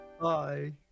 Bye